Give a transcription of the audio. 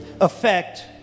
effect